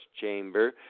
chamber